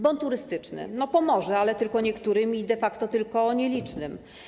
Bon turystyczny pomoże, ale tylko niektórym i de facto tylko nielicznym.